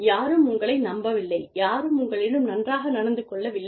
யாரும் உங்களை நம்பவில்லை யாரும் உங்களிடம் நன்றாக நடந்துக் கொள்ளவில்லை